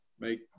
Make